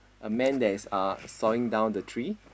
a man that is uh sawing down the tree